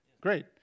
Great